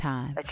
Time